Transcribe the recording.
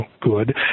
good